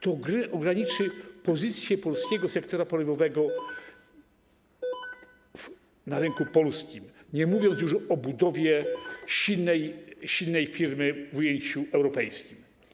To osłabi pozycję polskiego sektora paliwowego na rynku polskim, a nie mówię tu już o budowie silnej firmy w ujęciu europejskim.